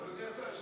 בבקשה.